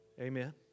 Amen